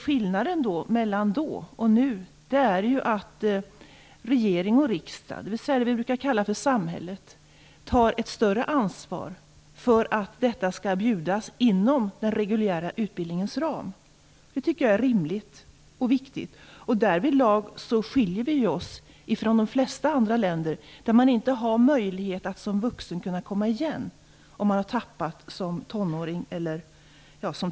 Skillnaden mellan då och nu är ju att regering och riksdag, det vi kallar samhället, tar ett större ansvar för att erbjuda detta inom den reguljära utbildningens ram. Det tycker jag är rimligt och viktigt. Därvidlag skiljer vi oss från de flesta andra länder, där man som vuxen inte har möjlighet att komma igen om man har tappat som tonåring.